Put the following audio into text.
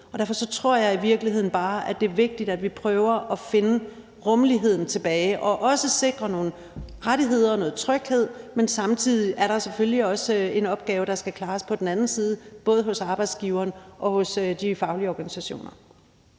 bare, at det er vigtigt, at vi prøver at få rummeligheden tilbage og også sikre nogle rettigheder og noget tryghed. Men samtidig er der selvfølgelig også en opgave, der skal klares på den anden side, både hos arbejdsgiverne og hos de faglige organisationer.